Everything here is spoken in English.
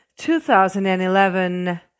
2011